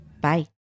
Bye